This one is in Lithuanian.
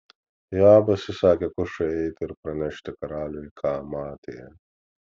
joabas įsakė kušui eiti ir pranešti karaliui ką matė